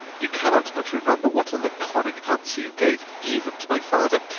you cannot but remember what a laconic answer you gave even to my father,